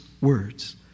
words